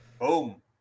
Boom